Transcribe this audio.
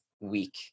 week